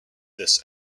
this